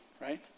right